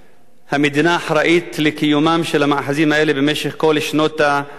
המדינה אחראית לקיומם של המאחזים האלה במשך כל שנות הכיבוש,